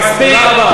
מספיק.